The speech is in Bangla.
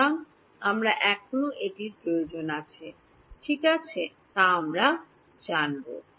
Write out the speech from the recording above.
সুতরাং আমাদের এখনও এটির প্রয়োজন আছে কি না ঠিক আছে তা জানব